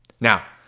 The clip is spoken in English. Now